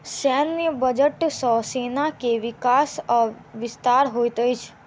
सैन्य बजट सॅ सेना के विकास आ विस्तार होइत अछि